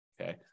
Okay